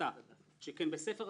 מתקצב את המוסדות, מכיר את